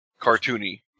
cartoony